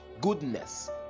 goodness